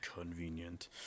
Convenient